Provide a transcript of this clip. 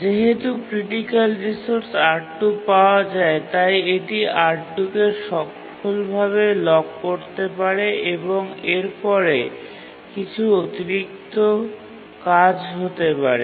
যেহেতু critical resource R2 পাওয়া যায় তাই এটি R2 কে সফলভাবে লক করতে পারে এবং এর পরে কিছু অতিরিক্ত কাজ হতে পারে